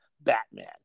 Batman